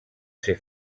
ser